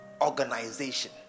organization